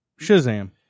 Shazam